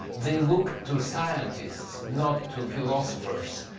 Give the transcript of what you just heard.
they looked to scientists, not to philosophers,